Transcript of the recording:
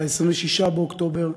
26 באוקטובר,